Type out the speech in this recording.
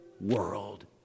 world